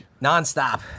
Non-stop